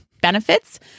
benefits